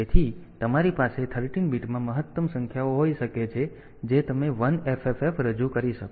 તેથી તમારી પાસે 13 બીટમાં મહત્તમ સંખ્યા હોઈ શકે છે જે તમે 1FFF રજૂ કરી શકો છો